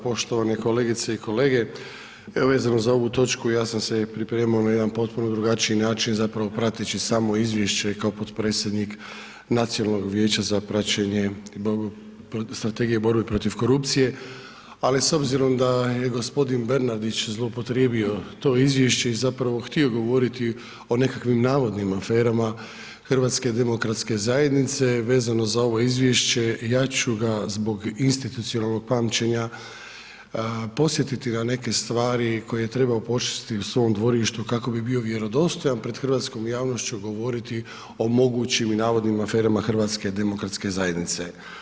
Poštovane kolegice i kolege, evo vezano za ovu točku ja sam se pripremao na jedan potpuno drugačiji način, zapravo prateći samo izvješće i kao potpredsjednik Nacionalnog vijeća za praćenje strategije borbe protiv korupcije, ali s obzirom da je g. Bernardić zloupotrijebio to izvješće i zapravo htio govoriti o nekakvim navodnim aferama HDZ-a vezano za ovo izvješće, ja ću ga zbog institucionalnog pamćenja podsjetiti na neke stvari koje je trebao počistiti u svom dvorištu, kako bi bio vjerodostojan pred hrvatskom javnošću govoriti o mogućim i navodnim aferama HDZ-a.